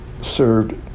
served